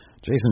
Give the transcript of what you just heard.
Jason